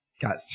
got